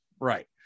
Right